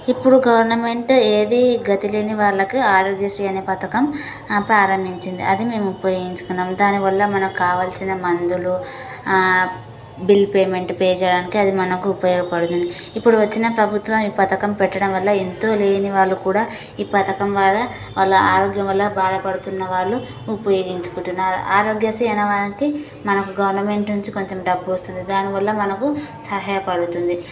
ఇప్పుడు గవర్నమెంట్ ఏదీ గతి లేని వాళ్ళకి ఆరోగ్యశ్రీ అనే పథకం ప్రారంభించింది అది మేము ఉపయోగించుకున్నాం దానివల్ల మనకు కావాల్సిన మందులు బిల్ పేమెంట్ పే చేయడానికి అది మనకు ఉపయోగపడుతుంది ఇప్పుడు వచ్చిన ప్రభుత్వం ఈ పథకం పెట్టడం వల్ల ఎంతో లేని వాళ్ళు కూడా ఈ పథకం ద్వారా వాళ్ళ ఆరోగ్యం వల్ల బాధపడుతున్న వాళ్ళు ఉపయోగించుకుంటున్నారు ఆరోగ్యశ్రీ అనేవసరికి మనం గవర్నమెంట్ నుంచి కొంచెం డబ్బు వస్తుంది దానివల్ల మనకు సహాయపడుతుంది